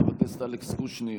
חבר הכנסת אלכס קושניר,